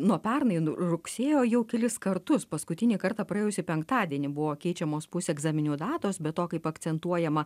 nuo pernai rugsėjo jau kelis kartus paskutinį kartą praėjusį penktadienį buvo keičiamos pusegzaminų datos be to kaip akcentuojama